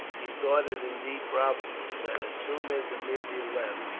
he thought it indeed probable that as soon as aemilia left,